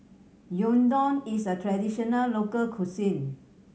gyudon is a traditional local cuisine